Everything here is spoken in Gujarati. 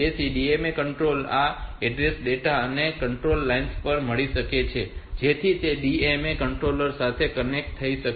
તેથી DMA કંટ્રોલર ને આ એડ્રેસ ડેટા અને કંટ્રોલ લાઇન્સ પણ મળી શકે છે જેથી તે DMA કંટ્રોલર સાથે કનેક્ટ થઈ શકે